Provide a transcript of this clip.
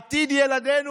עתיד ילדינו